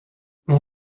mon